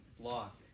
flock